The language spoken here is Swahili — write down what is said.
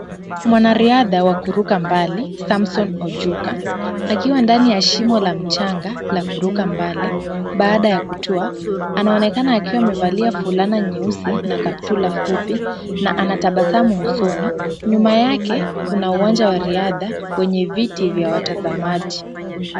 Mwanariadha wa kuruka mbali Samson Ojuka, akiwa ndani ya shimo la mchanga la kuruka mbali baada ya kutua. Anaonekana akiwa amevalia fulana nyeusi na kaptura fupi na anatabasamu usoni. Nyuma yake kuna uwanja wa riadha wenye viti vya watazamaji.